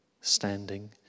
standing